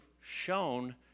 shown